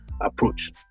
approach